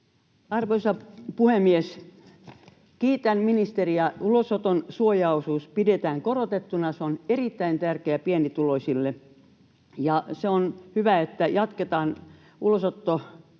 Arvoisa puhemies! Kiitän ministeriä, ulosoton suojaosuus pidetään korotettuna. Se on erittäin tärkeä pienituloisille, ja on hyvä, että jatketaan